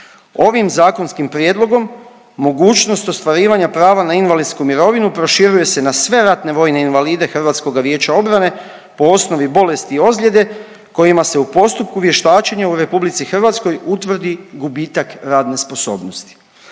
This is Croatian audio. Ovim zakonskim prijedlogom mogućnost ostvarivanja prava na invalidsku mirovinu proširuje se na sve ratne vojne invalide HVO-a po osnovi bolesti ozljede kojima se u postupku vještačenja u RH utvrdi gubitak radne sposobnosti.